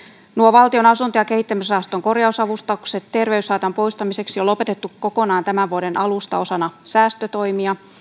valtion asuntorahaston korjausavustukset terveyshaitan poistamiseksi on lopetettu kokonaan tämän vuoden alusta osana säästötoimia